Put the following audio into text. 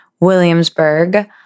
Williamsburg